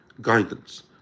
Guidance